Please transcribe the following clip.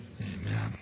Amen